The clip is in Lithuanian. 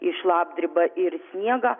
į šlapdribą ir sniegą